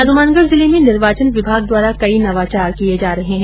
हनुमानगढ़ जिले में निर्वाचन विभाग कई नवाचार किये जा रहे है